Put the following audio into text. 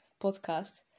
podcast